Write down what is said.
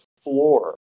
floor